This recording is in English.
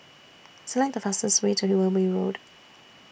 Select The fastest Way to Wilby Road